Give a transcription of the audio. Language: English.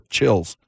Chills